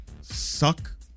suck